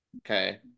Okay